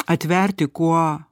atverti kuo